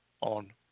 on